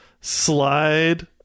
slide